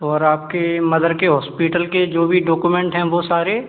और आपके मदर के हॉस्पिटल के जो भी डॉकोमेंट हैं वह सारे